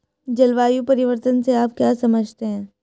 जलवायु परिवर्तन से आप क्या समझते हैं?